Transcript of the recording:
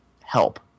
help